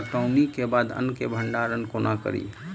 कटौनीक बाद अन्न केँ भंडारण कोना करी?